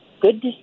good